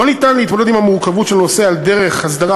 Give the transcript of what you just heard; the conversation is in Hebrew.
לא ניתן להתמודד עם המורכבות של הנושא על דרך של הסדרה